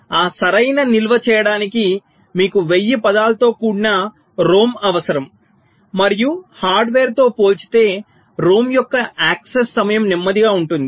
కాబట్టి ఆ సరైన నిల్వ చేయడానికి మీకు 1000 పదాలతో కూడిన ROM అవసరం మరియు హార్డ్వేర్తో పోల్చితే ROM యొక్క యాక్సెస్ సమయం నెమ్మదిగా ఉంటుంది